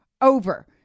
over